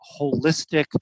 holistic